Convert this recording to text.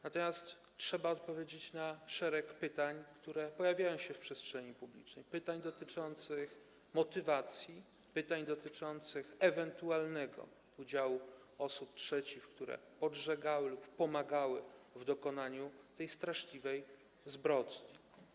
Natomiast trzeba odpowiedzieć na szereg pytań, które pojawiają się w przestrzeni publicznej, pytań dotyczących motywacji, pytań dotyczących ewentualnego udziału osób trzecich, które podżegały lub pomagały w dokonaniu tej straszliwej zbrodni.